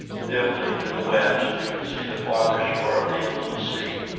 dimly, to the west, we could see the farther shore of the inland sea,